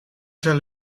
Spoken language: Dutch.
zal